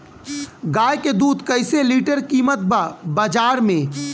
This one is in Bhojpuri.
गाय के दूध कइसे लीटर कीमत बा बाज़ार मे?